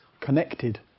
connected